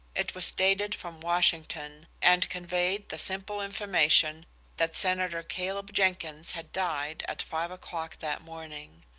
it was dated from washington, and conveyed the simple information that senator caleb jenkins had died at five o'clock that morning.